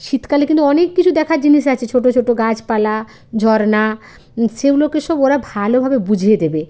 শীতকালে কিন্তু অনেক কিছু দেখার জিনিস আছে ছোটো ছোটো গাছপালা ঝরনা সেগুলোকে সব ওরা ভালোভাবে বুঝিয়ে দেবে